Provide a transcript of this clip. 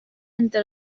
entre